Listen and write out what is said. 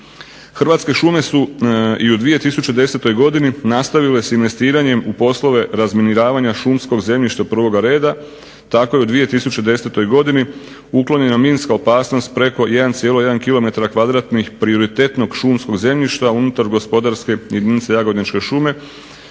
Hrvatske šume su i u 2010. godini nastavile s investiranjem u poslove razminiravanja šumskog zemljišta prvoga reda. Tako je u 2010. godini uklonjena minska opasnost preko 1,1 km2 prioritetnog šumskog zemljišta unutar gospodarske jedinice Jagodničke šume